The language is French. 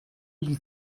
mille